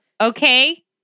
okay